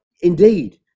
indeed